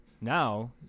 Now